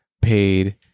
paid